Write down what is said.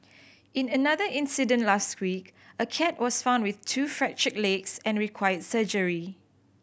in another incident last week a cat was found with two fractured legs and required surgery